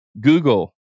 Google